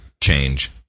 change